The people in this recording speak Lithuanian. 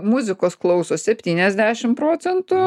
muzikos klauso septyniasdešim procentų